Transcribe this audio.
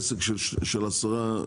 עסק עם עשרה אנשים.